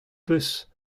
peus